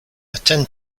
attend